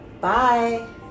Bye